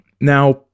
Now